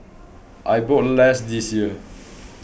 I bought less this year